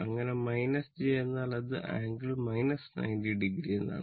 അങ്ങനെ j എന്നാൽ അത് ആംഗിൾ 90o എന്നാണ്